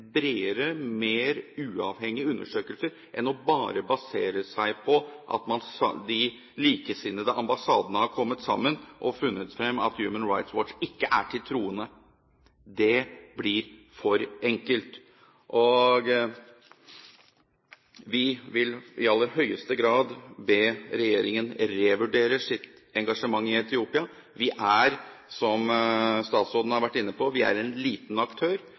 bredere og mer uavhengige undersøkelser enn bare å basere seg på at de likesinnede ambassadene har kommet sammen og funnet frem at Human Rights Watch ikke står til troende. Det blir for enkelt. Vi vil i aller høyeste grad be regjeringen revurdere sitt engasjement i Etiopia. Norge er, som statsråden har vært inne på, en liten aktør,